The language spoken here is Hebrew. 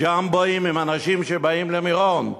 ג'מבואים עם אנשים שבאים למירון,